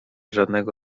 żadnego